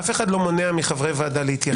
אף אחד לא מונע מחברי הוועדה להתייחס.